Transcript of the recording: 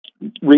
read